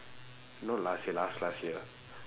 not last year last last year